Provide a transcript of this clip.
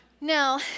Now